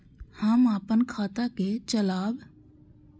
हम अपन खाता के चलाब?